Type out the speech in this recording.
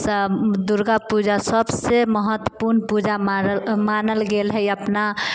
दुर्गा पूजा सबसँ महत्वपूर्ण पूजा मानल मानल मानल गेल हँ अपना